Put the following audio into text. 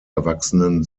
erwachsenen